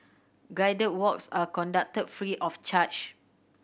guided walks are conducted free of charge